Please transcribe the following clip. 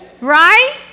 Right